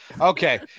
Okay